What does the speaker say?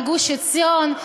לגוש-עציון,